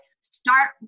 start